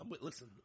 Listen